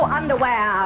underwear